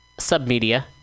Submedia